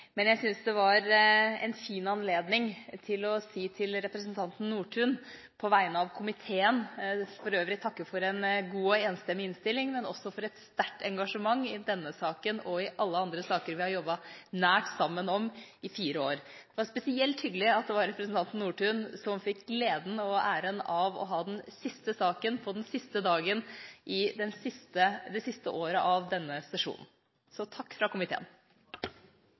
Men jeg synes det er en fin anledning til å si til representanten Nordtun, på vegne av komiteen – som jeg for øvrig vil takke for en god og enstemmig innstilling – at jeg vil takke ham for et sterkt engasjement i denne saken og i alle andre saker vi har jobbet nært sammen om i fire år. Det var spesielt hyggelig at det var representanten Nordtun som fikk gleden og æren av å legge fram den siste saken på den siste dagen i det siste året av denne sesjonen. Takk fra komiteen.